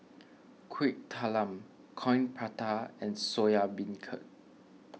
Kuih Talam Coin Prata and Soya Beancurd